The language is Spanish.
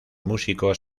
músicos